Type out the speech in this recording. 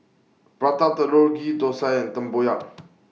Prata Telur Ghee Thosai and Tempoyak